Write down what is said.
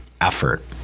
effort